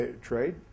trade